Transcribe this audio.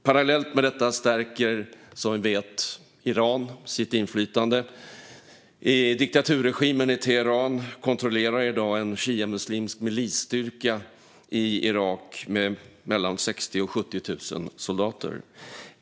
Parallellt med detta stärker, som vi vet, Iran sitt inflytande. Diktaturregimen i Teheran kontrollerar i dag en shiamuslimsk milisstyrka i Irak med 60 000-70 000 soldater.